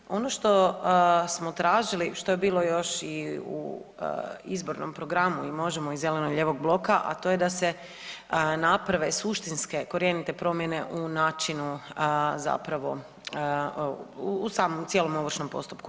Dakle, ono što smo tražili što je bilo još i u izbornom programu i Možemo i zeleno-lijevog bloka, a to je da se naprave suštinske, korijenite promjene u načinu zapravo u samom, cijelom ovršnom postupku.